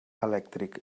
elèctric